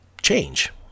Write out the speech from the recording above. change